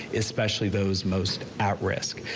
especially those most at risk.